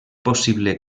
possible